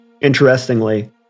Interestingly